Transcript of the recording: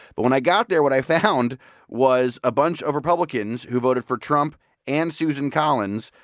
but when i got there, what i found was a bunch of republicans who voted for trump and susan collins,